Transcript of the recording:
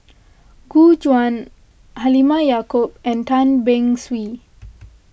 Gu Juan Halimah Yacob and Tan Beng Swee